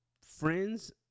friend's